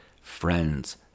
friends